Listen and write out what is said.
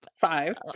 five